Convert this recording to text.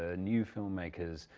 ah new film makers,